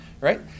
right